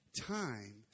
time